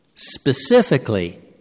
specifically